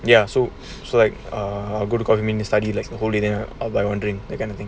ya so so like err I go to coffee bean to study like a whole day I got a drink that kind of thing